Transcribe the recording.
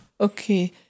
Okay